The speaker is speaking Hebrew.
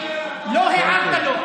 לא הערת לו.